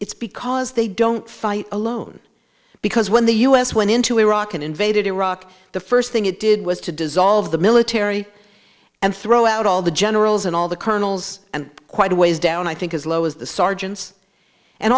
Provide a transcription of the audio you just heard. it's because they don't fight alone because when the u s went into iraq and invaded iraq the first thing it did was to dissolve the military and throw out all the generals and all the colonels and quite a ways down i think as low as the sergeants and